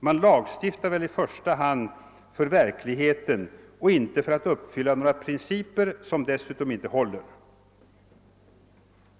Man lagstiftar väl i första hand för verkligheten och inte för att uppfylla några principer som dessutom inte håller.